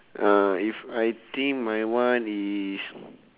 uh if I think my one is